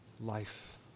life